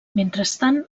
mentrestant